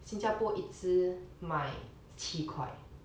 新加坡一支卖七块